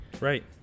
right